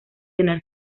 tener